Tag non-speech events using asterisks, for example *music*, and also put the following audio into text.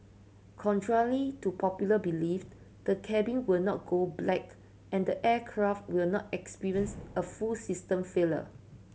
*unintelligible* to popular belief the cabin will not go black and the aircraft will not experience a full system failure